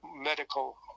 medical